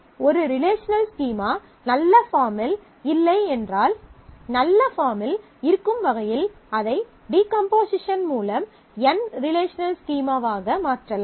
எனவே ஒரு relational schema நல்ல பார்மில் இல்லை என்றால் நல்ல பார்மில் இருக்கும் வகையில் அதை டீகம்போசிஷன் மூலம் N ரிலேஷனல் ஸ்கீமாவாக மாற்றலாம்